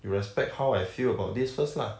you respect how I feel about this first lah